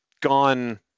gone